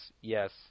Yes